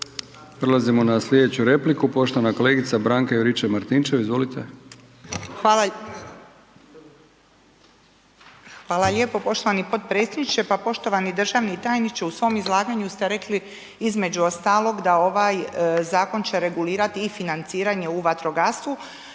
Prelazimo na sljedeću repliku, poštovana kolegica Branka Juričev-Martinčev. Izvolite. **Juričev-Martinčev, Branka (HDZ)** Hvala lijepo poštovani potpredsjedniče. Pa poštovani državni tajniče u svom izlaganju ste rekli između ostalog da ovaj zakon će regulirati i financiranje u vatrogastvu